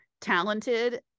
talented